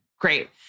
Great